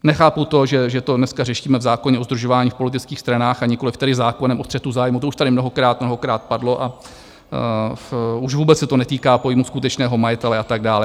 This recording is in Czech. Nechápu to, že to dneska řešíme v zákoně o sdružování v politických stranách a nikoli zákonem o střetu zájmů, to už tady mnohokrát, mnohokrát padlo, a už vůbec se to netýká pojmu skutečného majitele a tak dále.